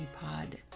Pod